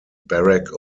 barack